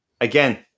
again